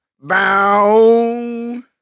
Bow